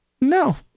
No